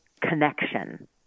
connection